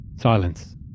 Silence